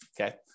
okay